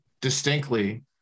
distinctly